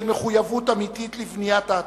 של מחויבות אמיתית לבניית העתיד,